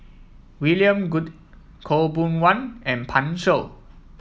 William Goode Khaw Boon Wan and Pan Shou